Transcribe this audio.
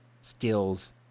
skills